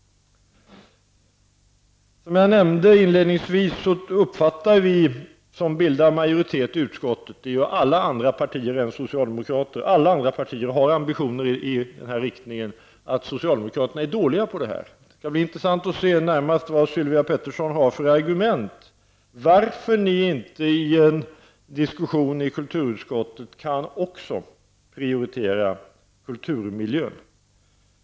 Som jag inledningsvis nämnde uppfattar vi som bildar majoritet i utskottet -- och det är alla partier förutom socialdemokraterna; alla andra partier har ambitioner i den här riktningen -- att socialdemokraterna är dåliga på detta. Det skall bli intressant att höra vad Sylvia Pettersson har för argument, varför socialdemokraterna inte i en diskussion i kulturutskottet även kan prioritera kulturmiljön.